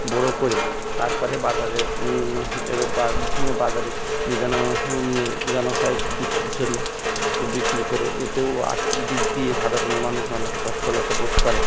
বড় করে তার পরে বাজারে এর বা বাজারে নি যানো নিয়ে যানো হয় বিক্রির জন্য বিক্রি করে এতেও আর্থিক দিক দিয়ে সাধারণ মানুষ অনেক সচ্ছলতা বোধ করে